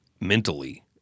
mentally